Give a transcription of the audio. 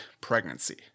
pregnancy